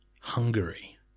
Hungary